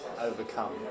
overcome